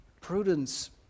Prudence